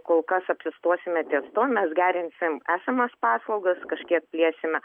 kol kas apsistosime ties tuo mes gerinsim esamas paslaugas kažkiek plėsime